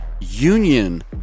union